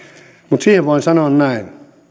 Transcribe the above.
mutta siihen voin sanoa näin